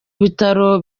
bitaro